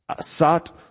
Sat